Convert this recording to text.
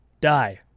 Die